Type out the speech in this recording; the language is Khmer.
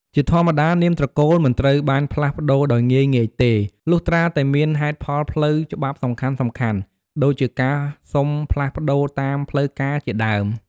ជាធម្មតានាមត្រកូល មិនត្រូវបានផ្លាស់ប្ដូរដោយងាយៗទេ លុះត្រាតែមានហេតុផលផ្លូវច្បាប់សំខាន់ៗ ដូចជាការសុំផ្លាស់ប្តូរតាមផ្លូវការជាដើម។